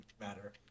matter